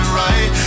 right